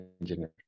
engineer